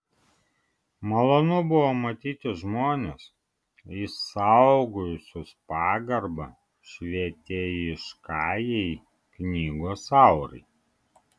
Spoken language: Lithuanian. malonu buvo matyti žmones išsaugojusius pagarbą švietėjiškajai knygos aurai